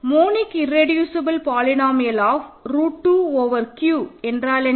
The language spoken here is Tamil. monic irreducible polynomial of root 2 over Q என்றால் என்ன